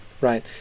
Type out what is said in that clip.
right